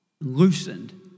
loosened